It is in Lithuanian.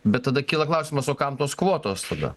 bet tada kyla klausimas o kam tos kvotos tada